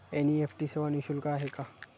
NEFT सेवा निःशुल्क आहे का?